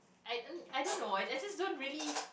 I I don't know I just don't really